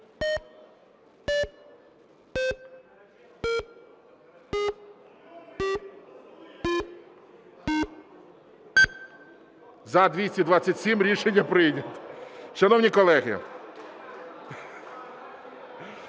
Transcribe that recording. За-227 Рішення прийнято. Шановні колеги…